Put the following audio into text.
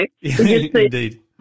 Indeed